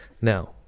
Now